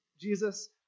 Jesus